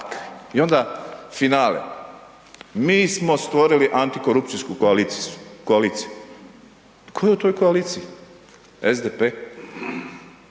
I onda finale, mi smo stvorili antikorupcijsku koaliciju. Tko je u toj koaliciji? SDP